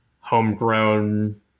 homegrown